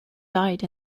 died